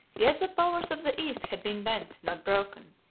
yet the powers of the east had been bent, not broken,